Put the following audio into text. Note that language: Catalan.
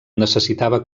necessitava